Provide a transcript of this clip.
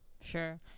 sure